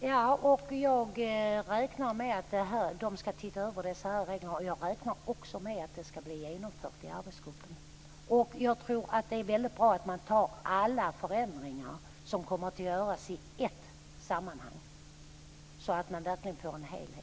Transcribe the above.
Fru talman! Jag räknar med att särreglerna skall ses över. Jag räknar också med att det här blir genomfört. Jag tror att det är väldigt bra att alla förändringar som kommer att genomföras görs i ett sammanhang så att vi verkligen får en helhet.